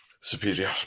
Superior